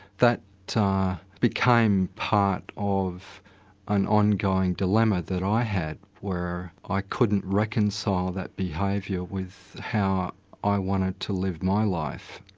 that became part of an on going dilemma that i had where i couldn't reconcile that behaviour with how i wanted to live my life.